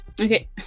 Okay